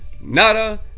Nada